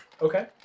Okay